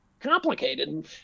complicated